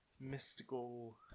mystical